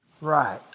Right